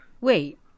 Wait